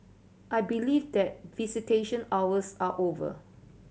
I believe that visitation hours are over